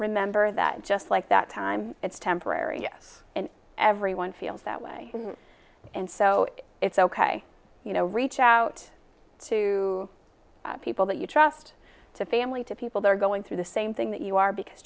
remember that just like that time it's temporary yes and everyone feels that way and so it's ok you know reach out to people that you trust to family to people that are going through the same thing that you are because